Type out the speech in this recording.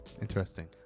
Interesting